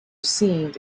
seemed